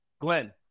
Glenn